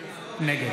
נגד